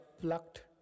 plucked